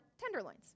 tenderloins